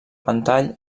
ventall